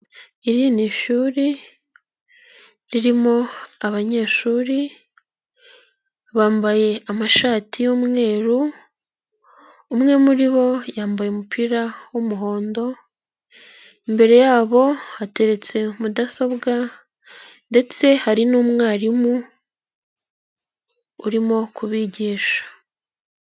Iri ni ishuri ririmo abanyeshuri bambaye amashati y'umweru, umwe muri bo yambaye umupira w'umuhondo, imbere yabo hateretse mudasobwa ndetse hari n'umwarimu urimo kubigisha.